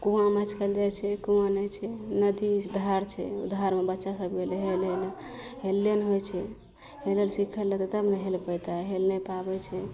कुआँ मचकल जाइ छै कुआँ नहि छै नदी धार छै ओ धारमे बच्चा सभ गेलय हेलय लऽ हेलले नहि होइ छै हेलल सीख लेतय तब ने हेल पइतय हेल नहि पाबय छै